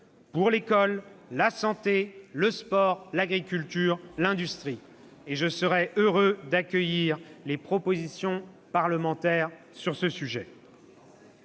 pour l'école, la santé, le sport, l'agriculture, l'industrie. Je serai heureux d'accueillir les propositions parlementaires sur ce sujet.